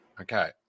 okay